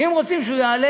אם רוצים שהוא יעלה,